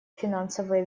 финансовые